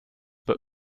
but